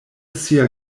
sia